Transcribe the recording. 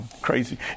Crazy